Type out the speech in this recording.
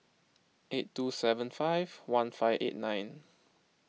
eight two seven five one five eight nine